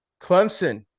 Clemson